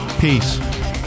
Peace